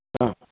ಹಾಂ